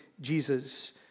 Jesus